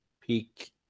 peak